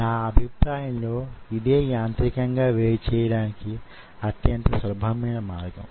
మనమీ రోజు vitro cell culture system లో ఉత్పన్నమయ్యే శక్తిని అంచనా వెయ్యటం గురించి చర్చించుకుందాం